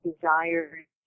desired